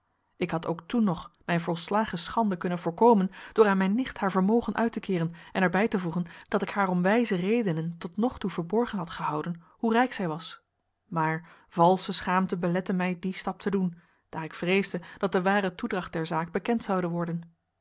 ik had ook toen nog mijn volslagen schande kunnen voorkomen door aan mijn nicht haar vermogen uit te keeren en er bij te voegen dat ik haar om wijze redenen tot nog toe verborgen had gehouden hoe rijk zij was maar valsche schaamte belette mij dien stap te doen daar ik vreesde dat de ware toedracht der zaak bekend zoude worden